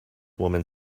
women